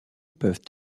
peuvent